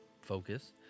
focus